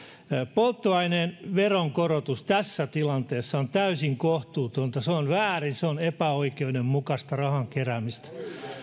polttoaineen veronkorotus tässä tilanteessa on täysin kohtuutonta se on väärin se on epäoikeudenmukaista rahan keräämistä